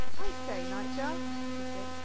i say, nightjar, she said,